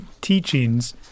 teachings